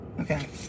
Okay